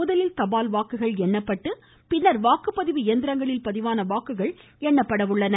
முதலில் தபால் வாக்குகள் எண்ணப்பட்டு பின்னர் வாக்குப்பதிவு இயந்திரங்களில் பதிவான வாக்குகள் எண்ணப்பட உள்ளன